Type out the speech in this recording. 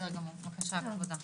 תודה.